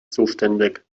zuständig